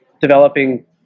developing